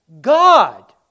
God